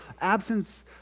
absence